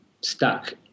stuck